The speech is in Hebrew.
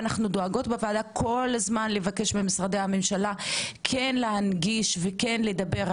ואנו דואגות כל הזמן בוועדה לבקש ממשרדי הממשלה כן להנגיש ולדבר.